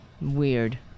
Weird